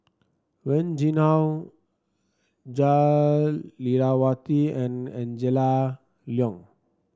Wen Jinhua Jah Lelawati and Angela Liong